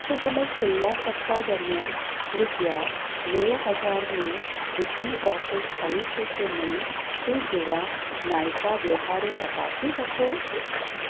શું તમે છેલ્લા સપ્તાહ દરમિયાન રૂપિયા નેવું હજારનું રીફંડ પ્રોસેસ થયું છે કે નહીં તે જોવા નાયકા વ્યવહારો તપાસી શકો